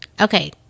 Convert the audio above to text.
okay